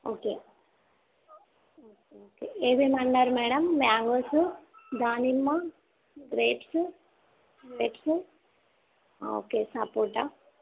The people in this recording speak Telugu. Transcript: ఓకే ఓకే ఓకే ఏది ఇమ్మన్నారు మ్యాడమ్ మ్యాంగోస్ దానిమ్మ గ్రేప్స్ గ్రేప్స్ ఓకే సపోటా